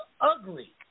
ugly